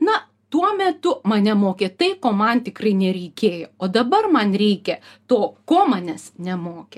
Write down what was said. na tuo metu mane mokė tai ko man tikrai nereikėjo o dabar man reikia to ko manęs nemokė